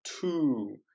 two